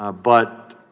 ah but